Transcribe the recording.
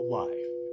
life